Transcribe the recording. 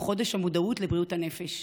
הוא חודש המודעות לבריאות הנפש.